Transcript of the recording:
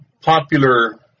popular